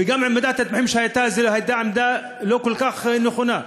וגם עמדת המתמחים שהייתה זו הייתה עמדה לא כל כך נכונה,